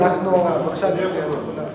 אדוני היושב-ראש,